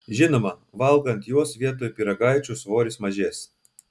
žinoma valgant juos vietoj pyragaičių svoris mažės